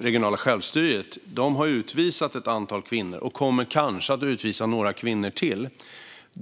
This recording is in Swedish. regionala självstyret har utvisat ett antal kvinnor och kanske kommer att utvisa några kvinnor till.